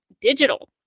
digital